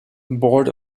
board